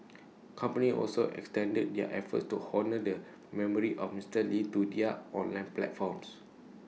companies also extended their efforts to honour the memory of Mister lee to their online platforms